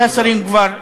כל השרים, שמית,